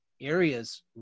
areas